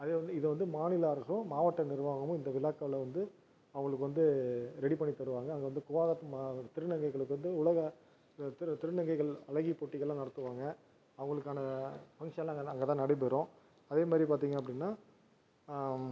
அதே வந்து இதை வந்து மாநில அரசும் மாவட்ட நிர்வாகமும் இந்த விழாக்களை வந்து அவங்களுக்கு வந்து ரெடி பண்ணி தருவாங்க அங்கே வந்து கூவாகம் திருநங்கைகளுக்கு வந்து உலக திரு திருநங்கைகள் அழகி போட்டிகள்லாம் நடத்துவாங்க அவங்களுக்கான ஃபங்க்ஷன்லாம் அங்கே அங்கே தான் நடைபெறும் அதேமாதிரி பார்த்தீங்க அப்படின்னா